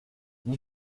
n’y